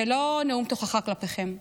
זה לא נאום תוכחה כלפיכם.